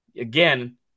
Again